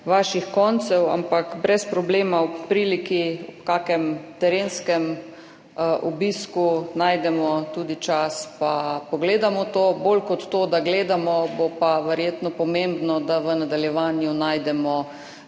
vaših koncev. Ampak brez problema, ob priliki, ob kakem terenskem obisku najdemo tudi čas in pogledamo to. Bolj kot to, da gledamo, bo pa verjetno pomembno, da v nadaljevanju najdemo